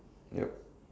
yup